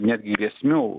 netgi grėsmių